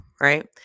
right